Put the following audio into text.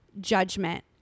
judgment